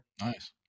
Nice